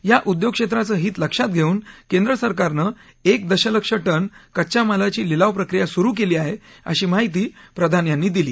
या उद्योगक्षेत्राचं हित लक्षात घेऊन केंद्र सरकारनं एक दशलक्ष टन कच्च्या मालाची लिलाव प्रक्रिया सुरु केली आहे अशी माहिती प्रधान यांनी दिली